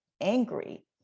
angry